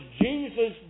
Jesus